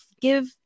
give